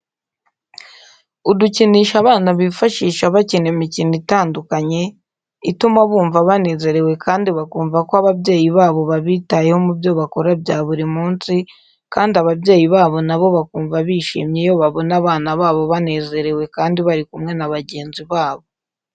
Udukinisho abana bifashisha bakina imikino itandukanye, ituma bumva banezerewe kandi bakumva ko ababyeyi babo babitayeho mubyo bakora bya buri munsi kandi ababyeyi babo nabo bakumva bishimye iyo babona abana babo banezerewe kandi bari kumwe na bagenzi babo.